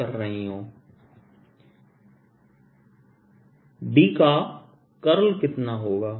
Bdl≠0 B≠0 B का curl कितना होगा